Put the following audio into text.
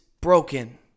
broken